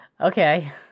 Okay